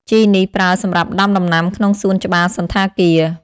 ជីនេះប្រើសម្រាប់ដាំដំណាំក្នុងសួនច្បារសណ្ឋាគារ។